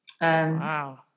Wow